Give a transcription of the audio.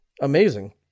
Amazing